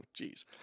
Jeez